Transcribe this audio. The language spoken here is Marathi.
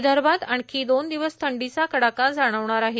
विदर्भात आणखी दोन दिवस थंडीचा कडाका जाणवणार आहे